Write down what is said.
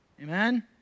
Amen